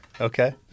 okay